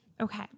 Okay